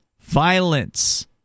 violence